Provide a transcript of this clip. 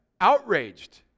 outraged